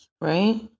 right